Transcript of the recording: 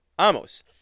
amos